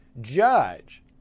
judge